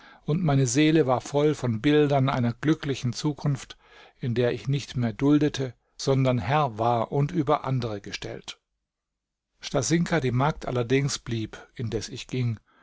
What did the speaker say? und meine seele war voll von bildern einer glücklichen zukunft in der ich nicht mehr duldete sondern herrn war und über andere gestellt stasinka die magd allerdings blieb indes ich ging